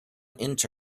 into